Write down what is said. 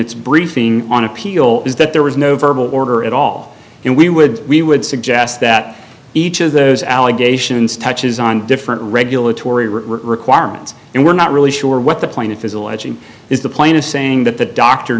its briefing on appeal is that there was no verbal order at all and we would we would suggest that each of those allegations touches on different regulatory requirements and we're not really sure what the plaintiff is alleging is the plaintiff saying that the doctor